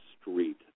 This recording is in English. street